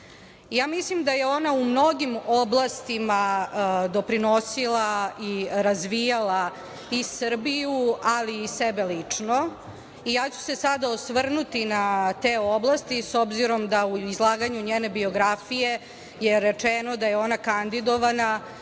mislim da je ona u mnogim oblastima doprinosila i razvijala i Srbiju, ali i sebe lično. Ja ću se sada osvrnuti na te oblasti, s obzirom da u izlaganju njene biografije je rečeno da je ona kandidovana